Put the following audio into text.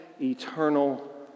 eternal